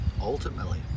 Ultimately